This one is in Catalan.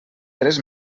tres